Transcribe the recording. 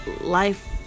life